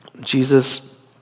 Jesus